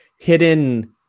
hidden